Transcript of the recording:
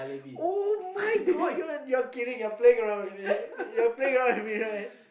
[oh]-my-God you're you're kidding you're playing around with me you're playing around with me right